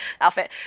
outfit